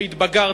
שהתבגרתם.